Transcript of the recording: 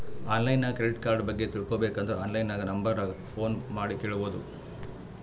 online ನಾಗ್ credit card ಬಗ್ಗೆ ತಿಳ್ಕೋಬೇಕ್ ಅಂದುರ್ ಆನ್ಲೈನ್ ನಾಗ್ ನಂಬರ್ ಗ ಫೋನ್ ಮಾಡಿ ಕೇಳ್ಬೋದು